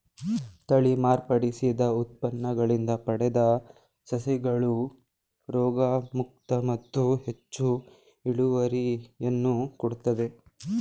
ತಳಿ ಮಾರ್ಪಡಿಸಿದ ಉತ್ಪನ್ನಗಳಿಂದ ಪಡೆದ ಸಸಿಗಳು ರೋಗಮುಕ್ತ ಮತ್ತು ಹೆಚ್ಚು ಇಳುವರಿಯನ್ನು ಕೊಡುತ್ತವೆ